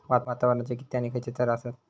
वातावरणाचे किती आणि खैयचे थर आसत?